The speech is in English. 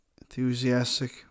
enthusiastic